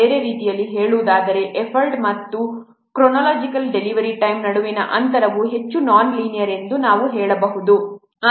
ಬೇರೆ ರೀತಿಯಲ್ಲಿ ಹೇಳುವುದಾದರೆ ಎಫರ್ಟ್ ಮತ್ತು ಕ್ರೊನೊಲಾಜಿಕಲ್ ಡೆಲಿವರಿ ಟೈಮ್ ನಡುವಿನ ಸಂಬಂಧವು ಹೆಚ್ಚು ನಾನ್ ಲೀನಿಯರ್ ಎಂದು ನಾವು ಹೇಳಬಹುದು